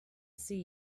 see